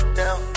down